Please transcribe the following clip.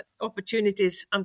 opportunities